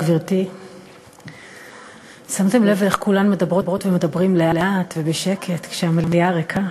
אנחנו עוברים להצעת חוק הפסיכולוגים